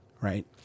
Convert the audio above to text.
Right